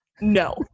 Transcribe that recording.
No